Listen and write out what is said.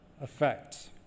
effect